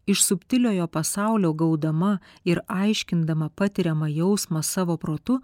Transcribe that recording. iš subtiliojo pasaulio gaudama ir aiškindama patiriamą jausmą savo protu